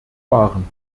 waren